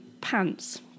pants